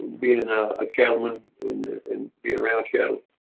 being a cattleman and being around yeah